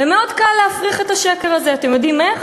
מאוד קל להפריך את השקר הזה, אתם יודעים איך?